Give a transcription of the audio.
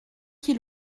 qui